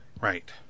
Right